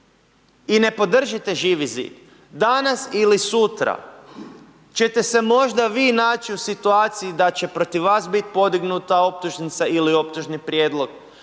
i ne podržite Živi zid, danas ili sutra ćete se možda vi naći u situaciji da će protiv vas podignuta optužnica ili optužni prijedlog,